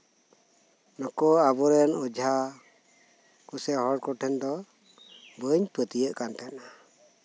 ᱱᱩᱠᱩ ᱟᱵᱚ ᱨᱮᱱ ᱚᱡᱷᱟ ᱠᱚ ᱥᱮ ᱦᱚᱲ ᱠᱚ ᱴᱷᱮᱱ ᱫᱚ ᱵᱟᱹᱧ ᱯᱟᱹᱛᱭᱟᱹᱜ ᱠᱟᱱ ᱛᱟᱦᱮᱸᱜᱼᱟ